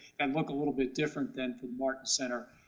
and look a little bit different than the martin center.